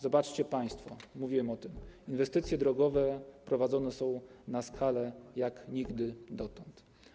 Zobaczcie państwo, mówiłem o tym, inwestycje drogowe prowadzone są na skalę jak nigdy dotąd.